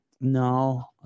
No